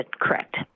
Correct